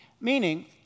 Meaning